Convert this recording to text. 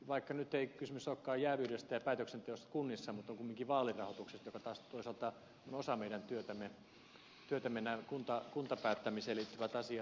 vaikka nyt ei kysymys olekaan jääviydestä ja päätöksenteosta kunnissa on kysymys kumminkin vaalirahoituksesta ja taas toisaalta osa meidän työtämme ovat nämä kuntapäättämiseen liittyvät asiat